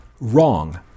Wrong